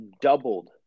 doubled